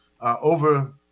over